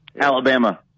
Alabama